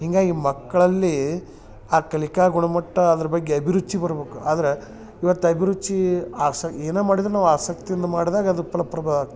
ಹೀಗಾಗಿ ಮಕ್ಕಳಲ್ಲಿ ಆ ಕಲಿಕಾ ಗುಣಮಟ್ಟ ಅದ್ರ ಬಗ್ಗೆ ಅಭಿರುಚಿ ಬರ್ಬಕು ಆದ್ರೆ ಇವತ್ತು ಅಭಿರುಚಿ ಆಸಕ್ ಏನ ಮಾಡಿದ್ರೆ ನಾವು ಆಸಕ್ತಿಯಿಂದ ಮಾಡ್ದಾಗ ಅದು ಪುನಃ ಪ್ರಭಾವ ಆಗ್ತದ